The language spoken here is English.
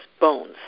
bones